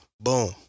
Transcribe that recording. Boom